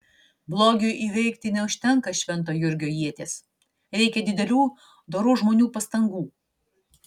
blogiui įveikti neužtenka švento jurgio ieties reikia didelių dorų žmonių pastangų